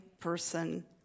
person